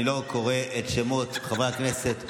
אני לא קורא את שמות חברי הכנסת שרשומים,